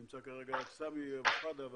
נמצא כרגע רק סמי אבו שחאדה,